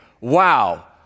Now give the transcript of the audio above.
wow